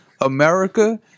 America